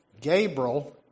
Gabriel